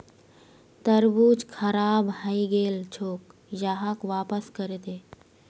तरबूज खराब हइ गेल छोक, यहाक वापस करे दे